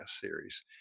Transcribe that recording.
series